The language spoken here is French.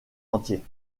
entier